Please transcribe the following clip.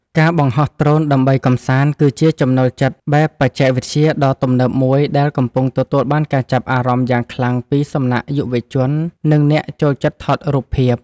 ការបង្ហោះដ្រូនដើម្បីកម្សាន្ត គឺជាចំណូលចិត្តបែបបច្ចេកវិទ្យាដ៏ទំនើបមួយដែលកំពុងទទួលបានការចាប់អារម្មណ៍យ៉ាងខ្លាំងពីសំណាក់យុវជន និងអ្នកចូលចិត្តថតរូបភាព។